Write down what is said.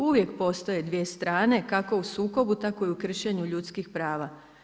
Uvijek postoje dvije strane kako su sukobu tako i u kršenju ljudskih prava.